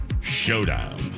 showdown